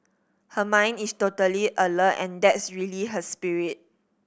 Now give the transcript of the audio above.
her mind is totally alert and that's really her spirit